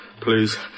please